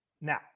Now